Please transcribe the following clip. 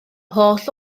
holl